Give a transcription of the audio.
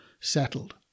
settled